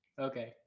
Okay